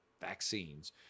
vaccines